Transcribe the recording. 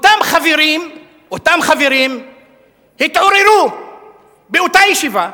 אותם חברים התעוררו באותה ישיבה,